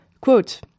Quote